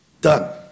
done